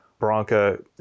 Bronca